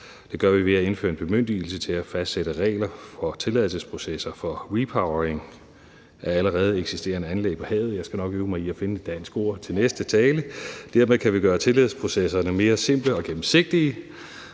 Det gør vi ved at indføre en bemyndigelse til at fastsætte regler for tilladelsesprocesser for repowering af allerede eksisterende anlæg på havet. Jeg skal nok forsøge at finde det danske ord til næste tale. Dermed kan vi gøre tilladelsesprocesserne mere simple og gennemsigtige.